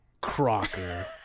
Crocker